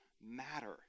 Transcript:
matter